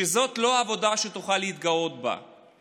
שזאת לא עבודה שתוכל להתגאות בה.